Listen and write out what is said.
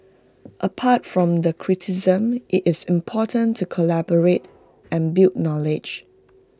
apart from the criticism IT is important to collaborate and build knowledge